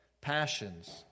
passions